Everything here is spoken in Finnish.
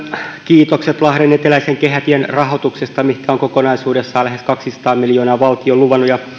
kiitokset lahden eteläisen kehätien rahoituksesta mihinkä on kokonaisuudessaan lähes kaksisataa miljoonaa valtio luvannut ja